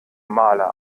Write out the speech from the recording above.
maler